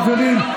חברים,